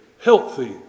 healthy